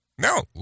No